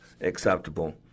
acceptable